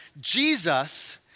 Jesus